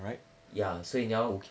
ya 所以你要